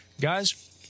Guys